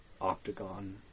octagon